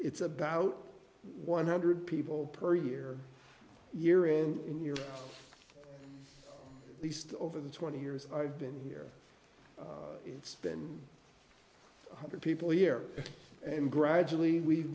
it's about one hundred people per year year in in your least over the twenty years i've been here it's been one hundred people here and gradually we've